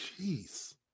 Jeez